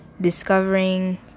discovering